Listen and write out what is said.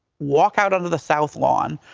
walk out onto the south lawn,